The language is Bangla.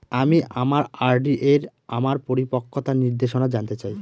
আমি আমার আর.ডি এর আমার পরিপক্কতার নির্দেশনা জানতে চাই